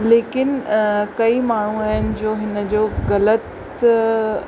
लेकिनि कई माण्हू आहिनि जो हिनजो ग़लति